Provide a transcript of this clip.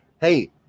Hey